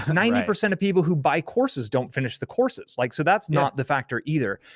ninety percent of people who buy courses don't finish the courses, like so that's not the factor either.